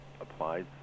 applies